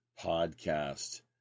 podcast